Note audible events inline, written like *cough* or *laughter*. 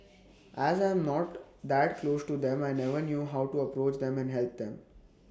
as I'm not that close to them I never knew how to approach them and help them *noise*